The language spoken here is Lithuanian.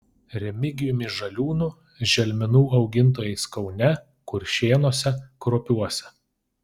remigijumi žaliūnu želmenų augintojais kaune kuršėnuose kruopiuose